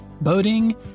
boating